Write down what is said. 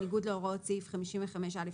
בניגוד להוראות סעיף 55א12ב,